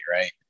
right